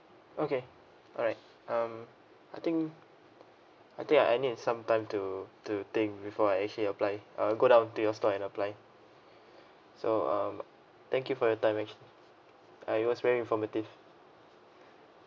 okay all right um I think I think I I need some time to to think before I actually apply uh go down to your store and apply so um thank you for your time man ah it was very informative